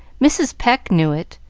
mrs. pecq knew it,